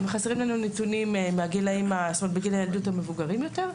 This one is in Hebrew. חסרים לנו נתונים בגילאי הילדות המבוגרים יותר.